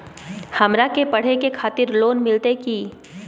हमरा के पढ़े के खातिर लोन मिलते की?